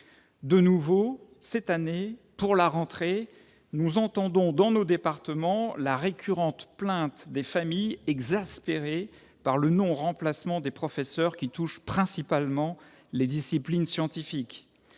De nouveau, cette année, depuis la rentrée, nous entendons dans nos départements la récurrente plainte des familles exaspérées par le non-remplacement des professeurs, qui touche principalement les disciplines scientifiques.